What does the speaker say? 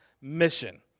mission